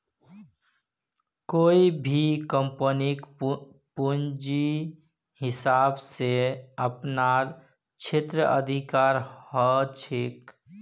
कोई भी कम्पनीक पूंजीर हिसाब स अपनार क्षेत्राधिकार ह छेक